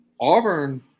Auburn